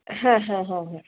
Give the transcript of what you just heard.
হ্যাঁ হ্যাঁ হ্যাঁ হ্যাঁ